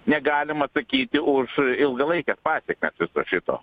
negalim atsakyti už ilgalaikes pasekmes viso šito